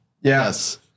Yes